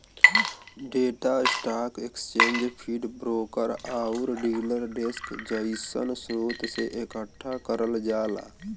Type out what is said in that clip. data stock exchange feed, broker आउर dealer desk जइसन स्रोत से एकठ्ठा करल जाला